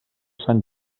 sant